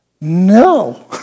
No